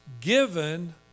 given